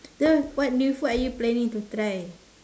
so what new food are you planning to try